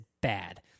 bad